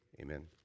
Amen